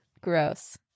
gross